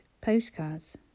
postcards